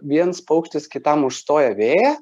viens paukštis kitam užstoja vėją